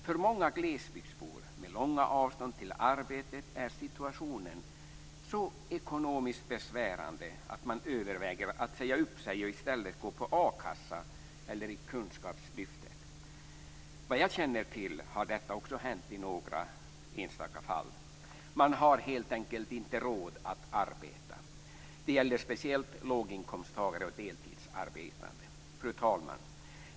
För många glesbygdsbor, med långa avstånd till arbetet, är situationen så ekonomiskt besvärande att man överväger att säga upp sig och i stället gå på a-kassa eller i kunskapslyftet. Såvitt jag känner till har detta också hänt i några enstaka fall. Man har helt enkelt inte råd att arbeta. Det gäller speciellt låginkomsttagare och deltidsarbetande. Fru talman!